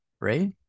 right